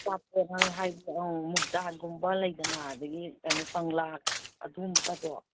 ꯑꯆꯥꯄꯣꯠ ꯃꯨꯛꯗꯥꯜꯒꯨꯝꯕ ꯂꯩꯗꯅ ꯑꯗꯒꯤ ꯀꯩꯅꯣ ꯀꯪꯂꯥ ꯑꯗꯨꯒꯨꯝꯕꯒꯥꯗꯣ